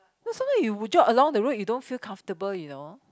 no sometimes you would jog along the road you don't feel comfortable you know